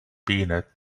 peanut